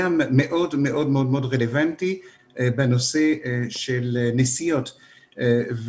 הוא גם מאוד-מאוד רלוונטי בנושא של נסיעות.